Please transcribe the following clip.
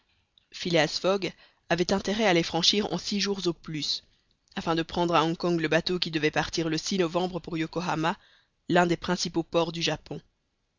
phileas fogg avait intérêt à les franchir en six jours au plus afin de prendre à hong kong le bateau qui devait partir le novembre pour yokohama l'un des principaux ports du japon